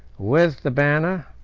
with the banner,